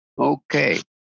Okay